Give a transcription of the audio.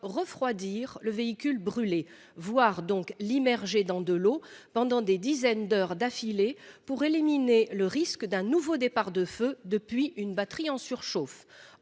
refroidir le véhicule brûler voir donc l'immergé dans de l'eau pendant des dizaines d'heures d'affilée pour éliminer le risque d'un nouveau départ de feu depuis une batterie en surchauffe.